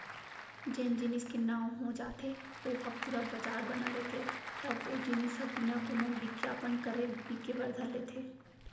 जेन जेनिस के नांव हो जाथे ओ ह पुरा बजार बना लेथे तब ओ जिनिस ह बिना कोनो बिग्यापन करे बिके बर धर लेथे